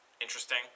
interesting